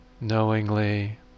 knowingly